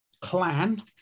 clan